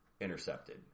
intercepted